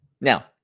Now